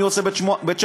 אני עושה ב-900,